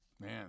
man